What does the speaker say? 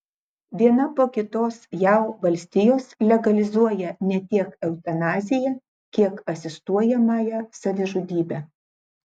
viena po kitos jav valstijos legalizuoja ne tiek eutanaziją kiek asistuojamąją savižudybę